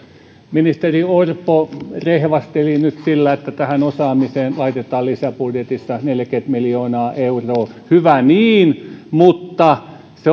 ministeri orpo rehvasteli nyt sillä että tähän osaamiseen laitetaan lisäbudjetissa neljäkymmentä miljoonaa euroa hyvä niin mutta logiikka